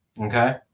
okay